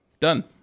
Done